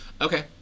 Okay